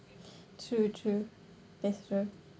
true true that's true